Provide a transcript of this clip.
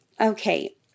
Okay